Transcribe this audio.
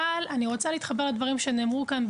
אבל אני רוצה להתחבר לדברים שנאמרו כאן,